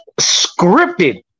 scripted